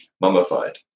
mummified